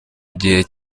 igihe